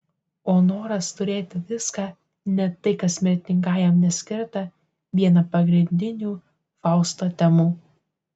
o noras turėti viską net tai kas mirtingajam neskirta viena pagrindinių fausto temų